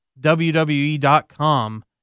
WWE.com